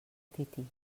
tití